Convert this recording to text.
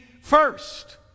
first